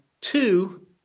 Two